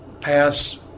pass